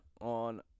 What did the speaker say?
on